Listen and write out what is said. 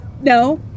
No